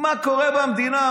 מה קורה במדינה?